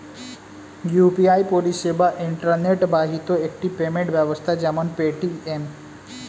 UPI পরিষেবা internet বাহিত একটি পেমেন্ট ব্যবস্থা যেমন পেটিএম